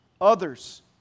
others